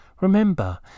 Remember